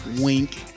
wink